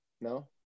no